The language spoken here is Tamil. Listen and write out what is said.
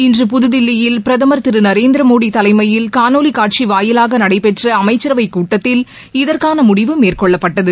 இன்று புதுதில்லியில் பிரதமர் திரு நரேந்திர மோடி தலைமையில் காணொலிக் காட்சி வாயிலாக நடைபெற்ற அமைச்சரவைக் கூட்டத்தில் இதற்கான முடிவு மேற்கொள்ளப்பட்டது